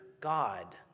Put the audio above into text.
God